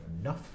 enough